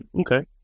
Okay